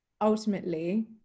ultimately